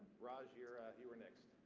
raj, you you were next.